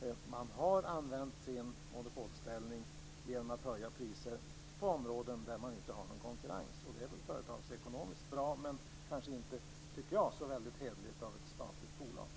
Posten har använt sin monopolställning genom att höja priser på områden där man inte har någon konkurrens. Det är kanske företagsekonomiskt bra, men jag tycker inte att det är särskilt hederligt av ett statligt bolag.